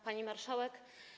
Pani Marszałek!